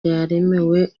yaremewe